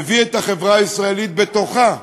מביא את החברה הישראלית, בתוכה,